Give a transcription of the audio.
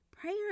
Prayer